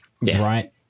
right